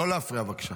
לא להפריע, בבקשה.